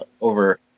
over